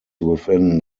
within